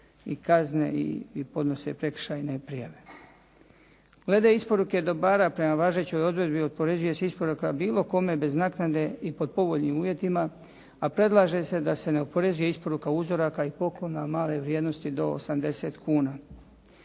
i kazne i podnose prekršajne prijave. Glede isporuke dobara prema važećoj odredbi oporezuje se isporuka bilo kome bez naknade i pod povoljnim uvjetima, a predlaže se da se ne oporezuje isporuka uzoraka i poklona male vrijednosti do 80 kn.